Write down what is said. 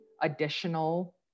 additional